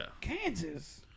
Kansas